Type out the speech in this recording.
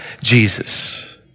Jesus